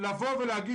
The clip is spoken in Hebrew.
לבוא ולהגיד